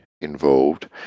involved